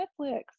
Netflix